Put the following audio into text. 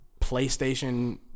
Playstation